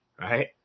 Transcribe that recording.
right